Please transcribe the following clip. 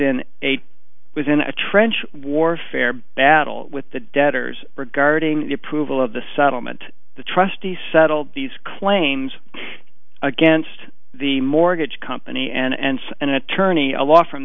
in a was in a trench warfare battle with the debtors regarding the approval of the settlement the trustee settled these claims against the mortgage company and an attorney a law firm